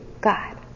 God